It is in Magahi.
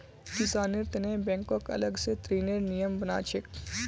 किसानेर तने बैंकक अलग स ऋनेर नियम बना छेक